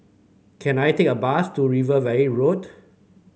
can I take a bus to River Valley Road